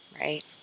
right